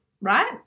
right